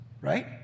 Right